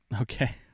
Okay